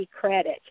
credit